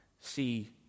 see